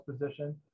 position